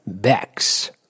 Bex